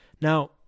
Now